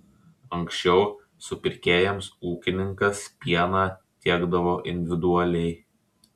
anksčiau supirkėjams ūkininkas pieną tiekdavo individualiai